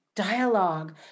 dialogue